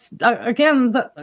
again